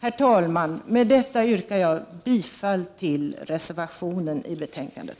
Herr talman! Med detta yrkar jag bifall till reservationen i betänkandet.